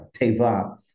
Teva